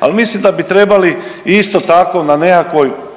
ali mislim da bi trebali isto tako na nekakvoj